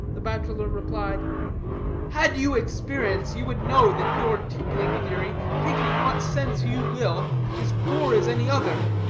the bachelor replied had you experience, you would know that your tippling theory, take it in what sense you will, is poor as any other.